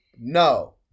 No